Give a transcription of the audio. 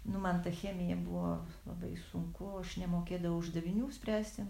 nu man ta chemija buvo labai sunku aš nemokėdavau uždavinių spręsti